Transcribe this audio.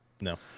No